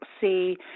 see